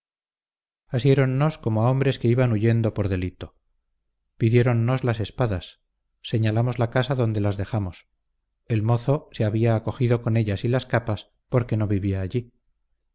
asiéronnos como a hombres que iban huyendo por delito pidiéronnos las espadas señalamos la casa donde las dejamos el mozo se había acogido con ellas y las capas porque no vivía allí